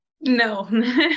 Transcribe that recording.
No